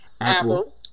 Apple